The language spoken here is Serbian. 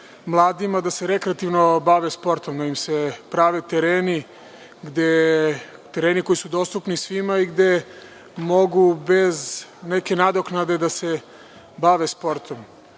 mladima da se rekreativno bave sportom, da im se prave tereni koji su dostupni svima i na kojima mogu bez neke nadoknade da se bave sportom.